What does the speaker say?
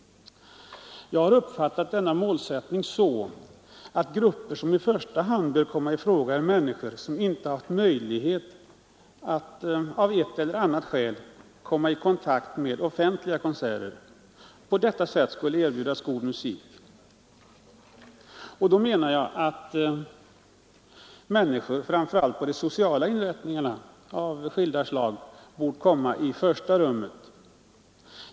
Jag har uppfattat denna målsättning så att grupper som i första hand bör komma i fråga är människor som av ett eller annat skäl inte har haft möjlighet att få kontakt med offentliga konserter på detta sätt skulle erbjudas god musik. Jag anser att människor på sociala inrättningar av skilda slag borde ha kommit i första rummet.